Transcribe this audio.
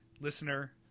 listener